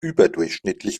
überdurchschnittlich